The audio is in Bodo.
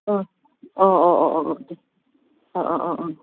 अ अ अ अ अ दे अ अ अ अ